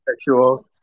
sexual